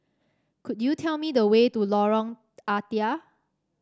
could you tell me the way to Lorong Ah Thia